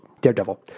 Daredevil